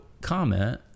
comment